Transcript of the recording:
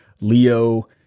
Leo